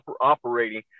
operating